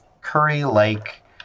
curry-like